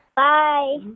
Bye